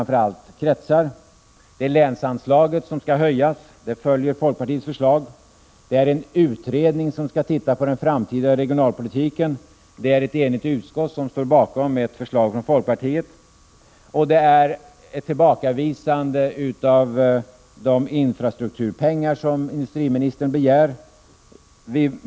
För det första skall länsanslaget höjas, vilket är i enlighet med folkpartiets förslag. För det andra skall en utredning se över den framtida regionalpolitiken. Ett enigt utskott står bakom detta krav, som framförts från folkpartiet. För det tredje gäller det ett tillbakavisande av de infrastrukturmedel som industriministern begär.